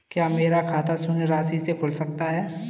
क्या मेरा खाता शून्य राशि से खुल सकता है?